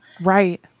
Right